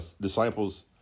disciples